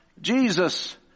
Jesus